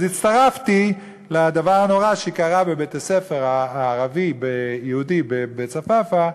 אז הצטרפתי לדבר הנורא שקרה בבית-הספר הערבי-יהודי בבית-צפאפא,